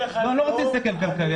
אני לא רוצה להסתכל בפן הכלכלי.